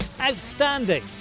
Outstanding